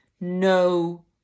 No